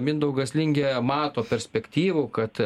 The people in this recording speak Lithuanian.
mindaugas lingė mato perspektyvų kad